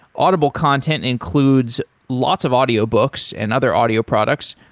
audible content includes lots of audio books and other audio products.